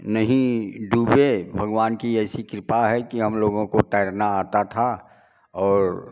नहीं डूबे भगवान की ऐसी कृपा है कि हम लोगों को तैरना आता था और